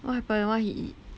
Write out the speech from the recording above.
what happened what he eat